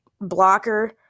blocker